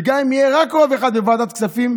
וגם אם יהיה רק רוב אחד בוועדת כספים,